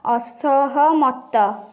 ଅସହମତ